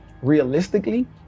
Realistically